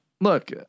look